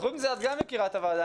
חוץ מזה, גם את יקירת הוועדה.